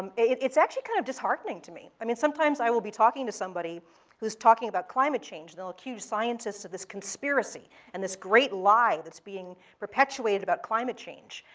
um it's actually kind of disheartening to me. i mean, sometimes i will be talking to somebody who's talking about climate change. they'll accuse scientists of this conspiracy and this great lie that's being perpetuated about climate change.